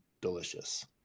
delicious